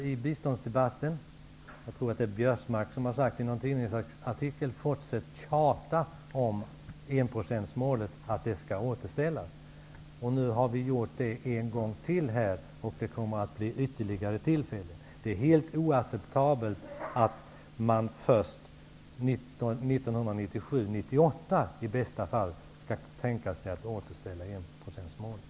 Jag vill minnas att det är Karl Göran Biörsmark som i någon tidningsartikel har sagt att man skall fortsätta att tjata om att enprocentsmålet skall återställas. Nu har vi gjort det en gång till. Det kommer att bli ytterligare tillfällen. Det är helt oacceptabelt att man först 1997/98, i bästa fall, kan tänka sig att återställa enprocentsmålet.